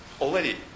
already